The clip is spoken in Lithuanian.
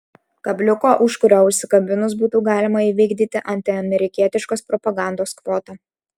kabliuko už kurio užsikabinus būtų galima įvykdyti antiamerikietiškos propagandos kvotą